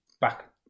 back